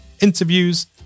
interviews